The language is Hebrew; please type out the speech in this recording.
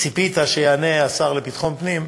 ציפית שיענה השר לביטחון הפנים,